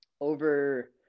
over